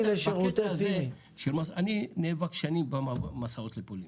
אני נאבק שנים במסעות לפולין,